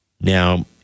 Now